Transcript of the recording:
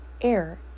Air